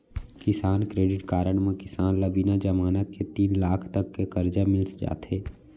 किसान credit card म किसान ल बिना जमानत के तीन लाख तक के करजा मिल जाथे